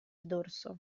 dorso